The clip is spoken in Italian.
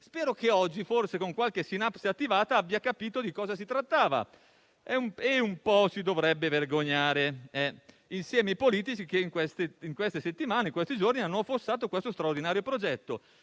spero che oggi, forse con qualche sinapsi attivata, abbia capito di cosa si trattava; e un po' si dovrebbe vergognare, insieme ai politici che in queste settimane e in questi giorni hanno affossato questo straordinario progetto